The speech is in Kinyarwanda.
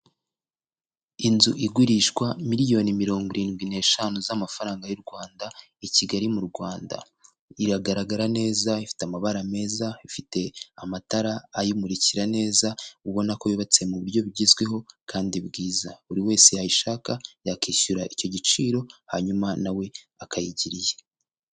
Inzu igurishwa miliyoni 75,000,000 z'amafaranga y'U rwanda i kigali mu rwanda iragaragara neza ifite amabara meza ifite amatara ayimurikira neza ubona ko yubatse mu buryo bugezweho kandi bwiza buri wese yayishaka yakishyura icyo giciro hanyuma nawe akayigiriye.